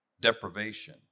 deprivation